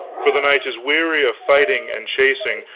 for the knight is weary of fighting and chasing,